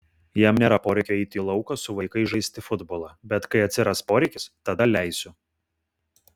jam nėra poreikio eiti į lauką su vaikais žaisti futbolą bet kai atsiras poreikis tada leisiu